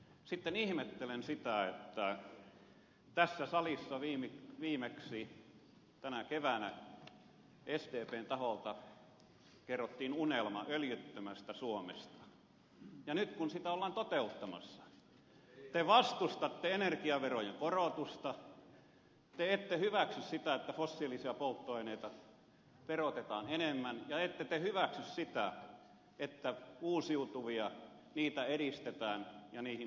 sitten ihmettelen sitä että tässä salissa viimeksi tänä keväänä sdpn taholta kerrottiin unelma öljyttömästä suomesta ja nyt kun sitä ollaan toteuttamassa te vastustatte energiaverojen korotusta te ette hyväksy sitä että fossiilisia polttoaineita verotetaan enemmän ja ette te hyväksy sitä että uusiutuvia edistetään ja niihin panostetaan